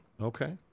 okay